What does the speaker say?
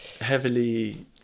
heavily